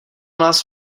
nás